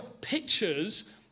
pictures